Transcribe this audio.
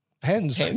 Pens